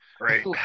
Great